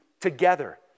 together